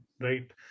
right